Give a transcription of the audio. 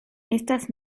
estas